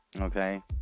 okay